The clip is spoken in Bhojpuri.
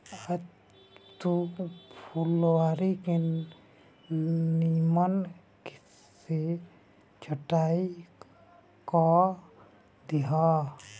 आज तू फुलवारी के निमन से छटाई कअ दिहअ